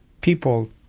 people